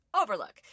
Overlook